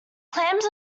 clams